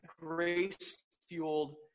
grace-fueled